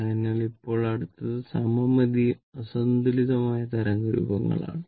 അതിനാൽ ഇപ്പോൾ അടുത്തത് സമമിതിയും അസന്തുലിതവുമായ തരംഗ രൂപങ്ങളാണ്